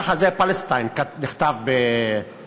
ככה זה, Palestine, נכתב באנגלית.